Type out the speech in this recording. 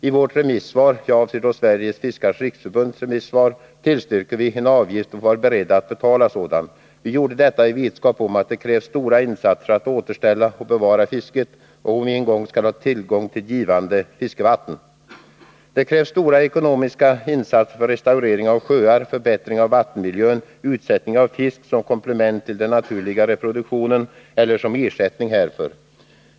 I remissvaret från Sveriges fiskares riksförbund tillstyrkte vi en avgift och var beredda att betala sådan. Vi gjorde detta i vetskap om att det krävs stora insatser för att återställa och bevara fisket, om vi i framtiden skall ha tillgång till givande fiskevatten. Det krävs stora ekonomiska insatser för restaureringar av sjöar, förbättring av vattenmiljön och utsättning av fisk som komplement till den naturliga reproduktionen eller som ersättning härför.